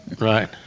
right